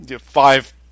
five